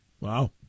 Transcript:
Wow